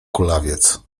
kulawiec